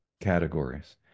categories